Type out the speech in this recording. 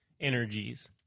energies